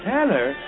Tanner